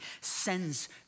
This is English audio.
sends